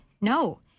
No